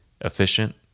efficient